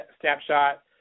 snapshot